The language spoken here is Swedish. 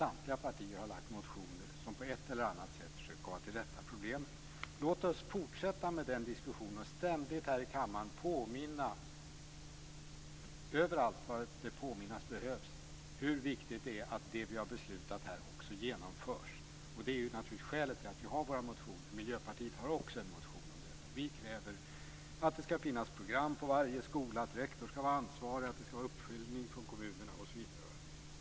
Samtliga partier har lagt motioner med förslag för att på ett eller annat sätt komma till rätta med problemen. Låt oss fortsätta med den diskussionen och ständigt här i kammaren och överallt där det behöver påminnas hur viktigt det är att det vi har beslutat här också genomförs. Det är naturligtvis skälet till att vi har våra motioner. Miljöpartiet har också en motion om detta. Vi kräver att det skall finnas program på varje skola, att rektorn skall vara ansvarig, att det skall vara en uppföljning från kommunerna osv.